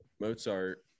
Mozart